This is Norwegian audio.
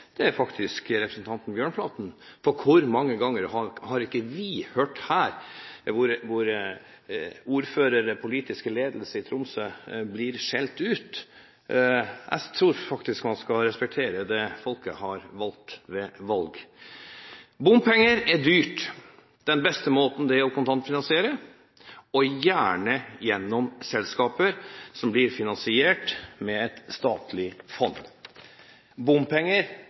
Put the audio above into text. ned, er faktisk representanten Bjørnflaten, for hvor mange ganger har vi ikke hørt her ordførere og politisk ledelse i Tromsø bli skjelt ut. Jeg tror faktisk man skal respektere dem som folket har valgt ved valg. Bompenger er dyrt. Den beste måten er å kontantfinansiere – og gjerne gjennom selskaper som blir finansiert med et statlig fond. Bompenger